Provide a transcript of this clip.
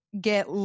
get